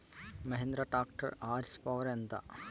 Mahindra tractor horsepower ఎంత?